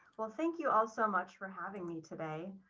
well, thank you all so much for having me today.